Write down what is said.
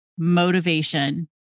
motivation